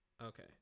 Okay